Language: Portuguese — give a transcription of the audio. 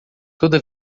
toda